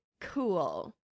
Cool